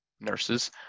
nurses